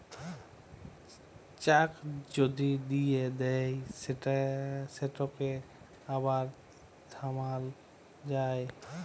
cheque যদি দিঁয়ে দেই সেটকে আবার থামাল যায়